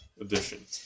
edition